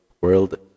world